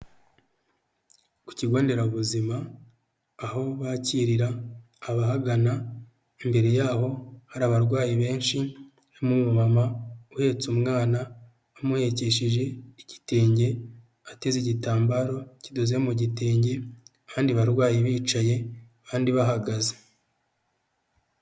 Ku kigo nderabuzima aho bakirira abahagana imbere yaho hari abarwayi benshi, harimo umumama uhetse umwana amuhekesheje igitenge, ateze igitambaro kidoze mu gitenge, abandi barwayi bicaye abandi bahagaze.